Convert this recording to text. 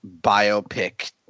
biopic